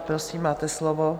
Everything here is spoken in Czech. Prosím, máte slovo.